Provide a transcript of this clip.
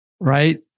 right